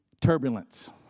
turbulence